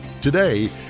Today